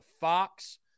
Fox